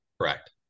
Correct